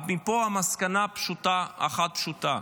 ופה מסקנה אחת פשוטה: